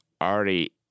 Already